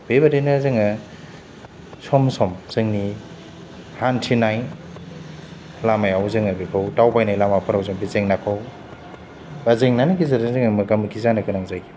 बेबादिनो जोङो सम सम जोंनि हान्थिनाय लामायाव जोङो बेखौ दावबायनाय लामाफोराव जों बे जेंनाखौ बा जेंनानि गेजेरजों जोङो मोगा मोगि जानो गोनां जायो